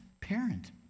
parent